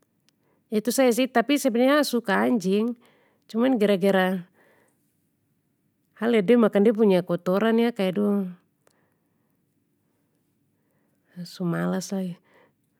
Itu saja sih tapi sebenarnya a suka anjing, cuman gara gara, ha lihat de makan de punya kotoran ni ha kaya aduh. Ha su malas lagi.